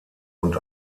und